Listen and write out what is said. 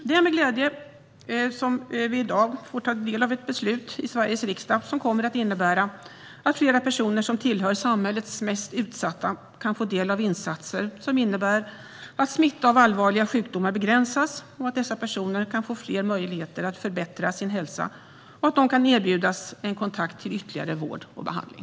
Det är med glädje vi i dag får ta del av ett beslut i Sveriges riksdag som kommer att innebära att fler personer som tillhör samhällets mest utsatta kan få del av insatser som innebär att smitta av allvarliga sjukdomar begränsas, att dessa personer kan få fler möjligheter att förbättra sin hälsa och att de kan erbjudas en kontakt för att få ytterligare vård och behandling.